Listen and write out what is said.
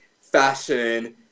fashion